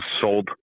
sold